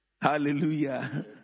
Hallelujah